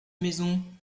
maison